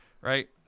Right